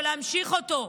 ולהמשיך אותו.